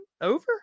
over